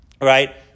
right